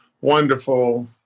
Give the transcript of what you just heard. wonderful